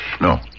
No